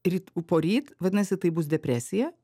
ryt poryt vadinasi tai bus depresija